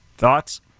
Thoughts